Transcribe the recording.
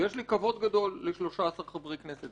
ויש לי כבוד גדול ל-13 חברי כנסת,